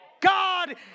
God